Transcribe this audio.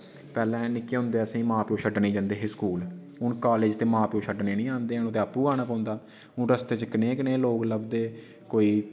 पैह्लें निक्के होंदे असें गी मां प्योऽ छड्डने ई जंदे हे स्कूल हून कॉलेज़ ते मां प्योऽ छड्डने निं आंदे हैन आपूं आना पौंदा हून रस्ते च कनेह् कनेह् लोक लभदे कोई